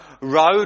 Road